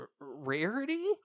Rarity